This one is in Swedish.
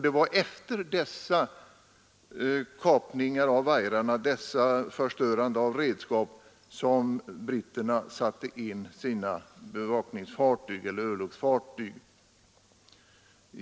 Det var efter dessa kapningar av vajrarna, detta förstörande av redskap som britterna satte in sina örlogsfartyg.